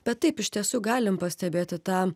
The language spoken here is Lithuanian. bet taip iš tiesų galim pastebėti tą